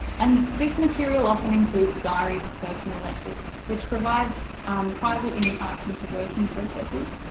and this material often includes diaries and personal letters which provide private insights into working processes,